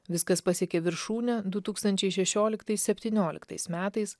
viskas pasiekė viršūnę du tūkstančiai šešioliktais septynioliktais metais